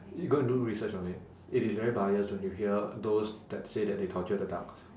you go and do research on it it is very biased when you hear those that say that they torture the ducks